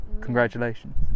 Congratulations